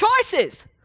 choices